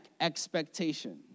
expectation